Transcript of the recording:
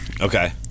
Okay